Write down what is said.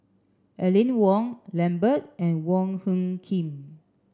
Aline Wong Lambert and Wong Hung Khim